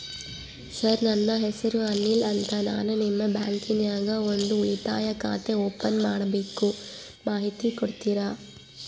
Sir ನನ್ನ ಹೆಸರು ಅನಿಲ್ ಅಂತ ನಾನು ನಿಮ್ಮ ಬ್ಯಾಂಕಿನ್ಯಾಗ ಒಂದು ಉಳಿತಾಯ ಖಾತೆ ಓಪನ್ ಮಾಡಬೇಕು ಮಾಹಿತಿ ಕೊಡ್ತೇರಾ?